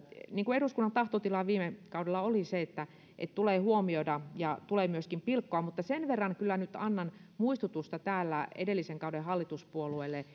niin kuin eduskunnan tahtotila viime kaudella oli näitten tarjouspyyntöjen koko tulee huomioida ja tulee myöskin pilkkoa mutta sen verran kyllä nyt annan muistutusta täällä edellisen kauden hallituspuolueille